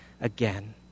again